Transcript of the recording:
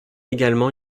également